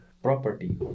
property